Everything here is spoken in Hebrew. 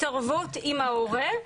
התערבות עם ההורה,